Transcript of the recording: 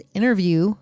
interview